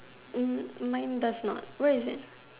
Hm mine does not where is it